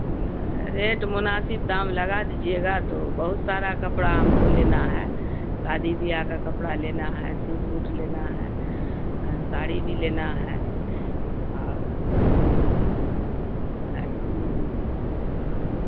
rate مناسب دام لگا دیجیے گا تو بہت سارا کپڑا ہم کو لینا ہے شادی بیاہ کا کپڑا لینا ہے سوٹ ووٹ لینا ہے ساری بھی لینا ہے اور جو ہے ہوں